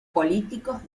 políticos